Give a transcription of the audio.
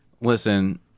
Listen